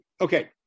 Okay